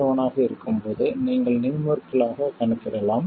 7 ஆக இருக்கும்போது நீங்கள் நியூமெரிக்கல் ஆகக் கணக்கிடலாம்